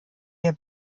der